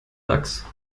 lachs